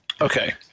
Okay